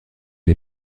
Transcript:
les